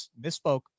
misspoke